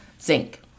Zinc